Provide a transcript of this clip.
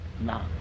no